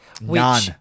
None